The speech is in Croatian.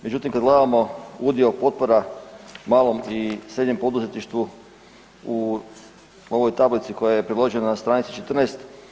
Međutim, kad gledamo udio potpora malom i srednjem poduzetništvu u ovoj tablici koja je predložena na stranici 14.